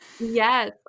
Yes